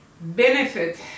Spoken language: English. benefit